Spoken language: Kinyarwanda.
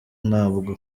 ntabwo